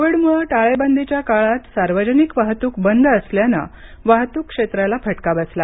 कोविडमुळे टाळेबंदीच्या काळात सार्वजनिक वाहतूक बंद असल्याने वाहतूक क्षेत्राला फटका बसला